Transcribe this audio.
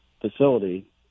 facility